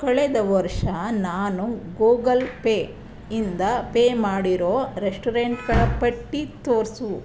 ಕಳೆದ ವರ್ಷ ನಾನು ಗೂಗಲ್ ಪೇ ಇಂದ ಪೇ ಮಾಡಿರೋ ರೆಸ್ಟೋರೆಂಟ್ಗಳ ಪಟ್ಟಿ ತೋರಿಸು